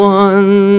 one